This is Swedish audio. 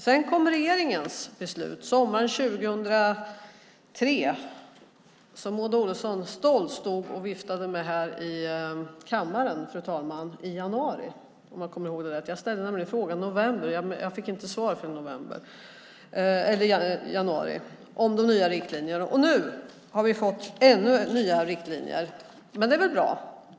Sedan kom regeringens beslut sommaren 2003, som Maud Olofsson stolt stod och viftade med här i kammaren i januari, fru talman, om jag kommer ihåg det rätt. Jag fick inte svar förrän i januari på den fråga jag ställde i november om de nya riktlinjerna. Nu har vi fått ännu nyare riktlinjer. Det är väl bra.